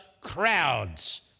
crowds